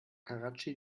karatschi